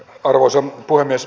arvoisa puhemies